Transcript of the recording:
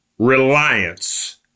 Reliance